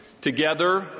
Together